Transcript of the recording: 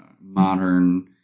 modern